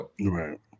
Right